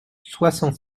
soixante